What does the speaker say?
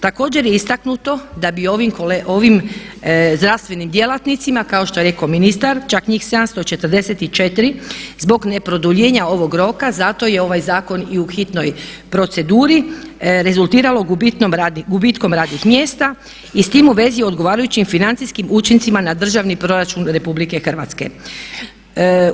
Također je istaknuto da bi ovim zdravstvenim djelatnicima, kao što je rekao ministar, čak njih 744 zbog ne produljenja ovog roka, zato je ovaj zakon i u hitnoj proceduri, rezultiralo gubitkom radnih mjesta i s tim u vezi odgovarajućim financijskim učincima na Državni proračun Republike Hrvatske.